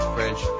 French